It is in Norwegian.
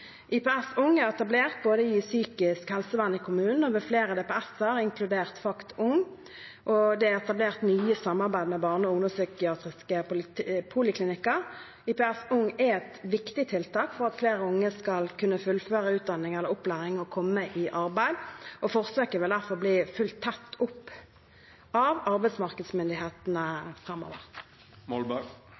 IPS Ung er etablert både i psykisk helsevern i kommunen og ved flere DPS-er, inkludert FACT Ung, og det er etablert nye samarbeid med barne- og ungdomspsykiatriske poliklinikker. IPS Ung er et viktig tiltak for at flere unge skal kunne fullføre utdanning eller opplæring og komme i arbeid, og forsøket vil derfor bli fulgt tett opp av arbeidsmarkedsmyndighetene framover.